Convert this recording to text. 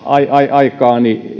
aikaani